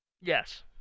yes